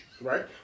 Right